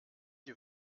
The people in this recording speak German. die